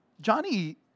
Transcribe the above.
Johnny